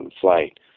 flight